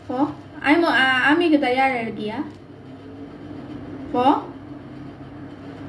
for ஆமா:aamaa army தயாரா இருக்கியா:thayaaraa irukkiyaa for